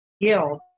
guilt